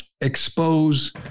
expose